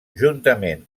juntament